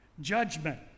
Judgment